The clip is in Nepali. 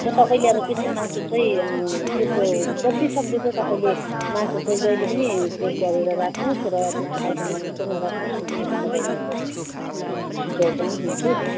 र तपाईँले अब त्यस्तो मासु चाहिँ त्यस्तो जतिसक्दो चाहिँ तपाईँले मासु चाहिँ जहिले पनि चेक गरेर राख्नुहोस् र त्यस्तो खालको मासु चाहिँ नराख्नुहोस् भनेर म तपाईँलाई सुझाव पनि दिन्छु